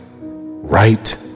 Right